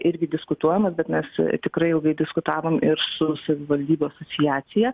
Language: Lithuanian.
irgi diskutuojama bet mes tikrai ilgai diskutavom ir su savivaldybių asociacija